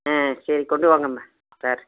ம் சரி கொண்டு வாங்கம்மா சார்